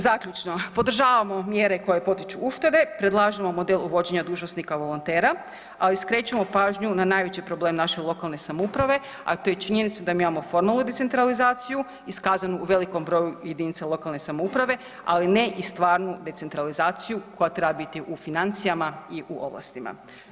Zaključno, podržavamo mjere koje potiču uštede, predlažemo model uvođenja dužnosnika volontera, ali i skrećemo pažnju na najveći problem naše lokalne samouprave, a to je činjenica da mi imamo formalnu decentralizaciju iskazanu u velikom broju JLS-ova, ali ne i stvarnu decentralizaciju koja treba biti u financijama i u ovlastima.